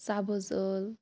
سبٕز ٲل